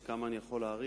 אז כמה אני יכול להאריך?